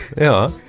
Ja